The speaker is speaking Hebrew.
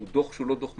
הוא דוח לא מדויק.